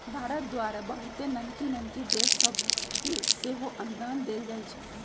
भारत द्वारा बहुते नन्हकि नन्हकि देश सभके सेहो अनुदान देल जाइ छइ